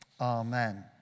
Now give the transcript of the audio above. Amen